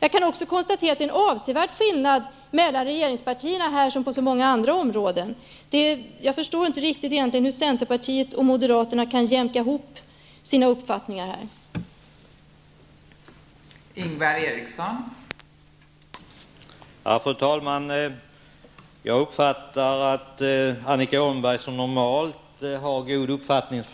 Jag kan också konstatera att det här liksom på så många andra områden är en avsevärd skillnad mellan regeringspartierna. Jag förstår inte riktigt hur centerpartisterna och moderaterna kan jämka ihop sina uppfattningar på det här